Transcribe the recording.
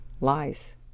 lies